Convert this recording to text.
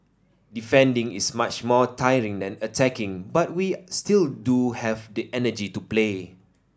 defending is much more tiring than attacking but we still do have the energy to play